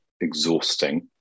exhausting